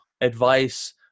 advice